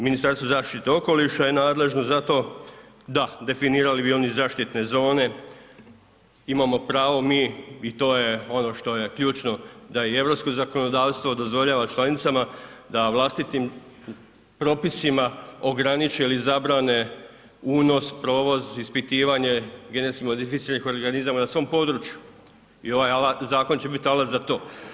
Ministarstvo zaštite okoliša je nadležno za to, da, definirali bi oni zaštitne zone, imamo pravo mi i to je ono što je ključno da i europsko zakonodavstvo dozvoljava članicama da vlastitim propisima ograniči ili zabrane unos, provoz, ispitivanje GMO-a na svom području i ovaj zakon će biti alat za to.